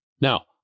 Now